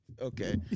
Okay